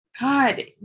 God